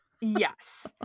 Yes